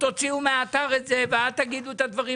תוציאו מהאתר את זה ואל תגידו את הדברים